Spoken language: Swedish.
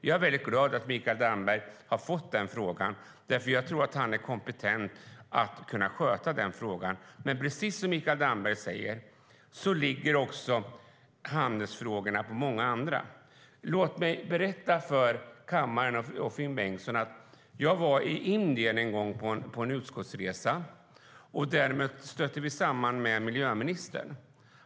Jag är väldigt glad att Mikael Damberg har fått frågan, för jag tror att han är kompetent att sköta detta, men som Mikael Damberg säger ligger handelsfrågorna också på många andra. Låt mig berätta för kammaren och Finn Bengtsson att jag var i Indien en gång på utskottsresa. Där stötte vi samman med miljöministern.